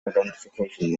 identification